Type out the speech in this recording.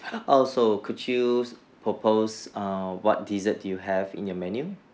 oh so could you propose err what dessert do you have in your menu